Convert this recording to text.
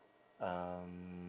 um